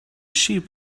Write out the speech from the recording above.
sheep